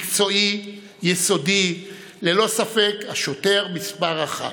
מקצועי, יסודי, ללא ספק השוטר מספר אחת,